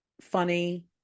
funny